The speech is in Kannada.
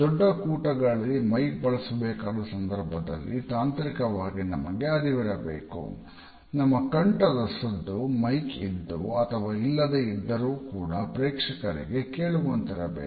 ದೊಡ್ಡ ಕೂಟಗಳಲ್ಲಿ ಮೈಕ್ ಇದ್ದು ಅಥವಾ ಇಲ್ಲದೆ ಇದ್ದರು ಕೂಡ ಪ್ರೇಕ್ಷಕರಿಗೆ ಕೇಳುವಂತಿರಬೇಕು